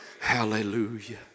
Hallelujah